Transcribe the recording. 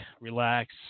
relax